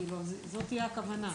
כי לזה תהיה הכוונה.